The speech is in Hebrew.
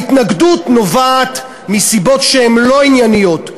ההתנגדות נובעת מסיבות שהן לא ענייניות,